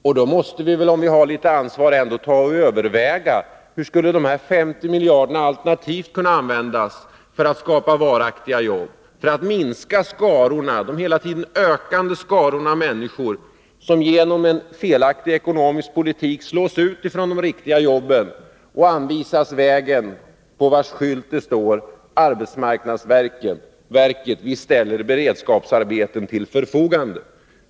Om vi har litet ansvar måste vi ändå överväga: Hur skulle dessa 50 miljarder alternativt kunna användas för att skapa trygga jobb, för att minska de hela tiden ökande skaror av människor som genom en felaktig ekonomisk politik slås ut ifrån de riktiga jobben och anvisas vägen på vars skylt det står: Arbetsmarknadsverket. Vi ställer beredskapsarbeten till förfogande.